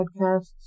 Podcasts